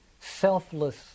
selfless